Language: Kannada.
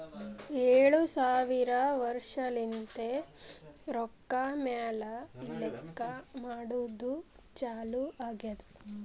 ಏಳು ಸಾವಿರ ವರ್ಷಲಿಂತೆ ರೊಕ್ಕಾ ಮ್ಯಾಲ ಲೆಕ್ಕಾ ಮಾಡದ್ದು ಚಾಲು ಆಗ್ಯಾದ್